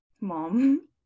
Mom